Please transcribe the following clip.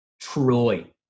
Troy